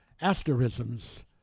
asterisms